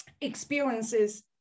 experiences